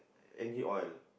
engine oil